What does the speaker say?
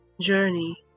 journey